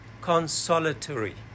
consolatory